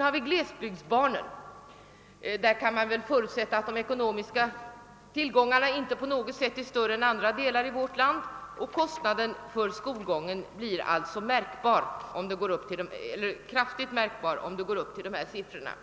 För glesbygden kan man väl förutsätta att de ekonomiska tillgångarna inte är större än i andra delar av vårt land, och skolkostnaderna för de barn som kommer från glesbygden blir därför kraftigt märkbara om de uppgår till sådana belopp.